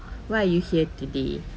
why are you here today